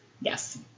Yes